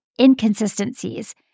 inconsistencies